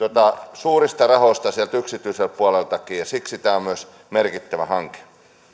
suurista rahoista sieltä yksityiseltä puoleltakin ja siksi tämä on myös merkittävä hanke